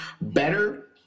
better